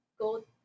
go